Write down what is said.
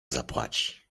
zapłaci